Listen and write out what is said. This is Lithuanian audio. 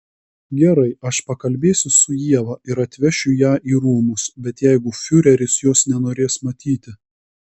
gerai aš pakalbėsiu su ieva ir atvešiu ją į rūmus bet jeigu fiureris jos nenorės matyti